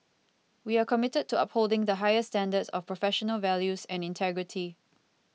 we are committed to upholding the highest standards of professional values and integrity